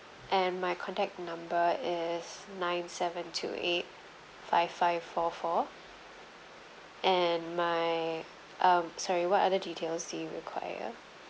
and my contact number is nine seven two eight five five four four and my um sorry what other details do you require